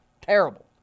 terrible